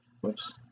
whoops